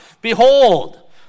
behold